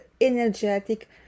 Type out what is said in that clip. energetic